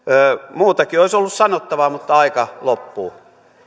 muutakin olisi ollut sanottavaa mutta aika loppuu